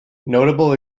notable